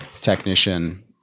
technician